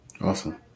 Awesome